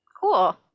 cool